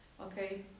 okay